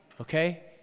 Okay